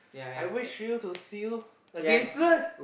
I wish you to see you again soon